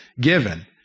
given